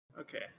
okay